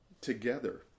together